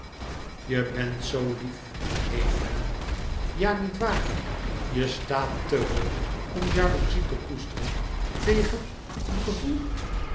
je bent zoo lief emilie ja niet waar je staat te hoog om jaloezie te koesteren tegen een gevoel